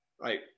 right